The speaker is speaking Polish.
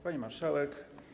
Pani Marszałek!